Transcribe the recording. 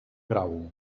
grau